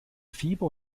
fieber